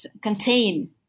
contain